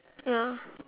ya